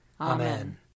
Amen